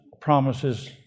promises